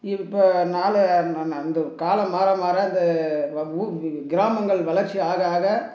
இப்போ நாள் நான் நான் நடந்து காலம் மாற மாற இந்த கிராமங்கள் வளர்ச்சி ஆக ஆக